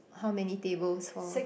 how many tables for